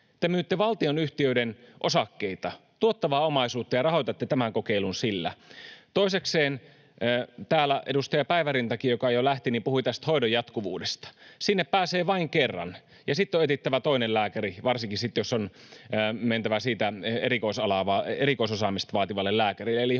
— te myytte valtionyhtiöiden osakkeita, tuottavaa omaisuutta, ja rahoitatte tämän kokeilun sillä. Toisekseen täällä edustaja Päivärintakin, joka jo lähti, puhui tästä hoidon jatkuvuudesta, mutta sinne pääsee vain kerran, ja sitten on etsittävä toinen lääkäri, varsinkin sitten jos on mentävä erikoisosaamista vaativalle lääkärille.